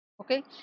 okay